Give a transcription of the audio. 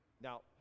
Now